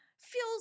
feels